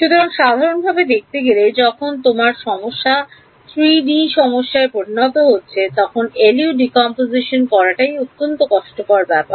সুতরাং সাধারণভাবে দেখতে গেলে যখন তোমার সমস্যা 3 মাত্রিক 3 সমস্যায় পরিবর্তিত হচ্ছে তখন LU পচন করাটাই অত্যন্ত কষ্টকর ব্যাপার